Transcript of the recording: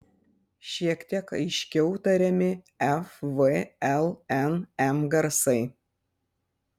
šiek tiek aiškiau tariami f v l n m garsai